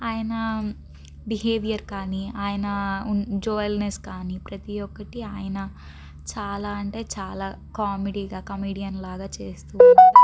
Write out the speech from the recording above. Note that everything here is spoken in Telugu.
ఆయన బిహేవియర్ కానీ ఆయన జోవెల్నెస్ కానీ ప్రతి ఒక్కటి ఆయన చాలా అంటే చాలా కామెడీగా కమెడియన్ లాగా చేస్తుంది